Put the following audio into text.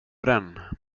den